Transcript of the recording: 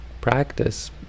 practice